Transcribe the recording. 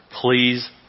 Please